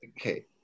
Okay